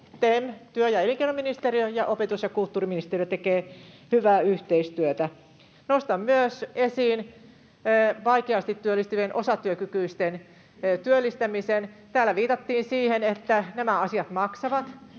TEM, työ- ja elinkeinoministeriö, ja opetus- ja kulttuuriministeriö tekevät hyvää yhteistyötä. Nostan esiin myös vaikeasti työllistyvien osatyökykyisten työllistämisen. Täällä viitattiin siihen, että nämä asiat maksavat.